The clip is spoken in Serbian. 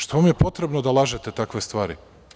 Što vam je potrebno da lažete takve stvari?